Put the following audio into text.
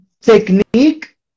technique